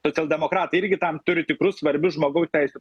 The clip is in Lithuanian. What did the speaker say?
socialdemokratai irgi tam turi tikrus svarbius žmogaus teisių